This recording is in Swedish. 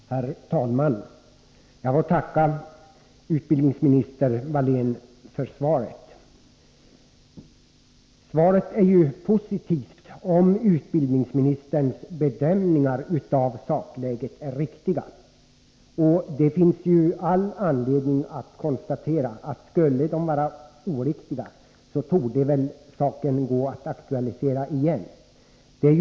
Herr talman! Jag ber att få tacka utbildningsminister Hjelm-Wallén för svaret. Svaret är ju positivt om utbildningsministerns bedömningar av sakläget är riktiga. Det finns all anledning att konstatera att om de skulle vara oriktiga torde väl saken gå att aktualisera igen.